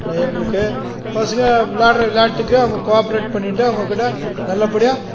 எங்களுக்கு பசங்கள் விளாடுற விளையாட்டுக்கும் அவங்க கோஆப்பரேட் பண்ணிகிட்டு அவங்க கிட்டே நல்லபடியாக